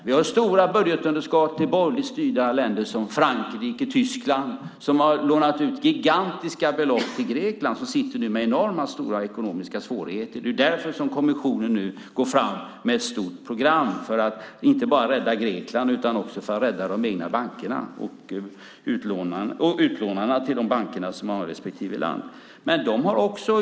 Vi har stora budgetunderskott i borgerligt styrda länder som Frankrike och Tyskland, som har lånat ut gigantiska belopp till Grekland, som nu sitter med enorma ekonomiska svårigheter. Det är därför som kommissionen nu går fram med ett stort program, för att inte bara rädda Grekland utan också de egna bankerna och dem som har lånat ut till bankerna i respektive land.